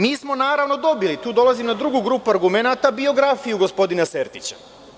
Mi smo, naravno, dobili, tu dolazim na drugu grupu argumenata, biografiju gospodina Sertića.